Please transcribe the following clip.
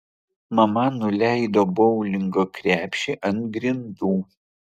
mama nuleido boulingo krepšį ant grindų